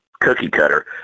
cookie-cutter